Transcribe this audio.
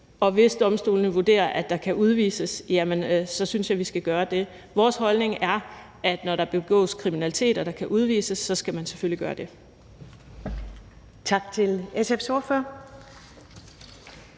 Og hvis domstolene vurderer, at der kan udvises, så synes jeg, at vi skal gøre det. Vores holdning er, at når der begås kriminalitet og der kan udvises, så skal man selvfølgelig gøre det.